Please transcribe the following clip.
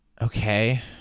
Okay